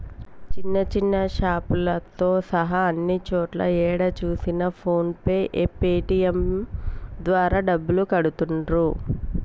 చిన్న చిన్న షాపులతో సహా అన్ని చోట్లా ఏడ చూసినా ఫోన్ పే పేటీఎం ద్వారా డబ్బులు కడతాండ్రు